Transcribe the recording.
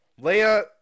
Leia